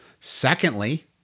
Secondly